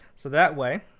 so that way,